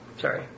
Sorry